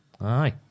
aye